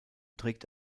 trägt